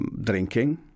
drinking